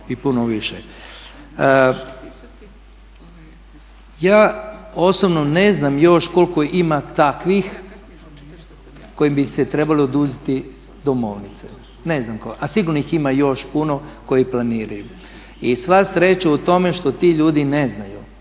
i puno više. Ja osobno ne znam još koliko ima takvih kojima bi se trebalo oduzeti domovnice, ne znam koliko, a sigurno ih ima još puno koji planiraju. I sva sreća u tome što ti ljudi ne znaju,